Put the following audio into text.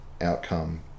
outcome